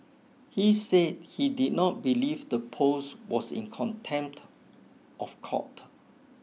he said he did not believe the post was in contempt of court